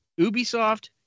ubisoft